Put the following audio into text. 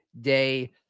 day